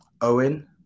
Owen